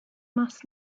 must